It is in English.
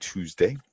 Tuesday